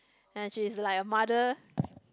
and she is like a mother